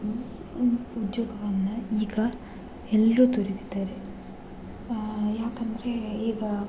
ಈ ಉದ್ಯೋಗವನ್ನು ಈಗ ಎಲ್ಲರೂ ದುಡಿತಿದ್ದಾರೆ ಏಕಂದ್ರೆ ಈಗ